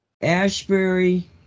Ashbury